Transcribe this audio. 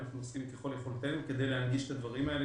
אנחנו עושים ככל יכולתנו כדי להנגיש את הדברים האלה,